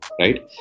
right